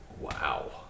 Wow